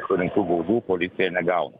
surinktų baudų policija negauna